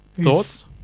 thoughts